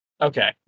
Okay